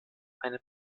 eine